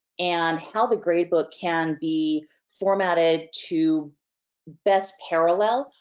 and, how the gradebook can be formatted to best parallel,